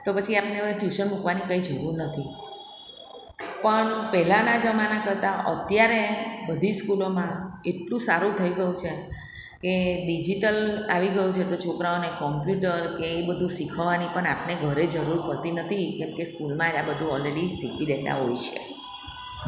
તો પછી આપણે હવે ટ્યૂશન મૂકવાની કંઈ જરૂર નથી પણ પહેલાના જમાના કરતાં અત્યારે બધી સ્કૂલોમાં એટલું સારું થઈ ગયું છે કે ડિજીટલ આવી ગયું છે તો છોકરાઓને કોંપ્યુટર કે એ બધું શિખવવાની પણ આપણને જરૂર હોતી નથી કેમ કે કે સ્કૂલમાં આ બધું ઓલરેડી શીખી લેતા હોય છે